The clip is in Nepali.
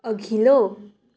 अघिल्लो